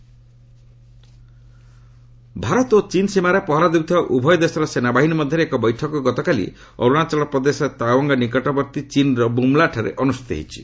Indo China Bharat ଓ ଚୀନ୍ ସୀମାରେ ପହରା ଦେଉଥିବା ଉଭୟ ଦେଶର ସେନାବାହିନୀ ମଧ୍ୟରେ ଏକ ବୈଠକ ଗତକାଲି ଅରୁଣାଚଳ ପ୍ରଦେଶର ତାୱାଙ୍ଗ୍ ନିକଟବର୍ତ୍ତୀ ଚୀନ୍ର ବୁମ୍ ଲାଠାରେ ଅନୁଷ୍ଠିତ ହୋଇଛି